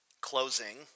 Closing